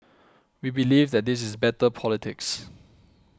we believe that this is better politics